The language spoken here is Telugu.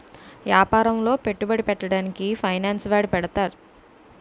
యాపారములో పెట్టుబడి పెట్టడానికి ఫైనాన్స్ వాడి పెడతారు